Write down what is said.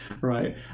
right